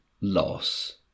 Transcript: loss